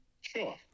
Sure